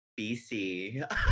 bc